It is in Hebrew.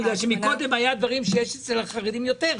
בגלל שקודם היו דברים שיש אצל החרדים יותר.